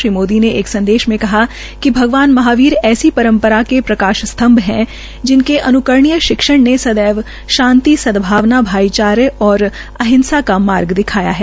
श्री मोदी ने कहा कि भगवान महावीर ऐसी परम्परा के प्रकाश स्तम्भ है जिनके अन्करणीय शिक्षण ने सदैव शांति सदभावना भाईचारे और अहिंसा का मार्ग दिखाया है